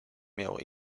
miało